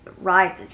right